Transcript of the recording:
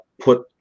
put